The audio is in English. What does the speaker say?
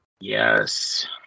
Yes